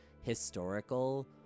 historical